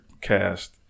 cast